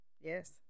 Yes